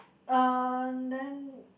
uh then